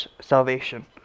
salvation